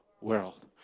world